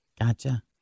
Gotcha